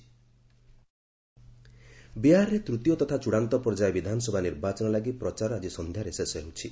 Bihar election ବିହାରରେ ତୃତୀୟ ତଥା ଚୂଡ଼ାନ୍ତ ପର୍ଯ୍ୟାୟ ବିଧାନସଭା ନିର୍ବାଚନ ଲାଗି ପ୍ରଚାର ଆଜି ସନ୍ଧ୍ୟାରେ ଶେଷ ହେଉଛି